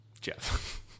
Jeff